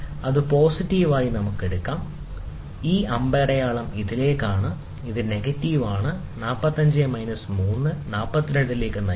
ഇത് പോസിറ്റീവ് ആണെന്ന് നമുക്ക് എടുക്കാം തുടർന്ന് അമ്പടയാളം ഇതിലേക്കാണ് ഇത് നെഗറ്റീവ് ആണ് 45 മൈനസ് 3 42 ലേക്ക് നയിക്കുന്നു